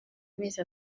amezi